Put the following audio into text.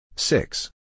Six